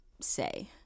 say